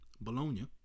Bologna